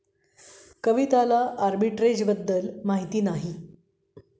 कविताला आर्बिट्रेजबद्दल माहिती नाही